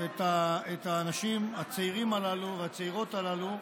את האנשים הצעירים הללו והצעירות הללו,